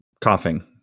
coughing